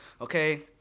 Okay